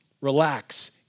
Relax